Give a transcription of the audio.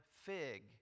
fig